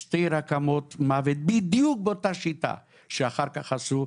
שתי רכבות מוות בדיוק באותה שיטה שאחר כך עשו,